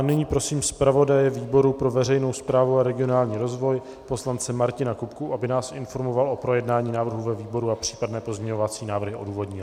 Nyní prosím zpravodaje výboru pro veřejnou správu a regionální rozvoj poslance Martina Kupku, aby nás informoval o projednání návrhu ve výboru a případné pozměňovací návrhy odůvodnil.